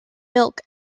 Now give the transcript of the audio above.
milk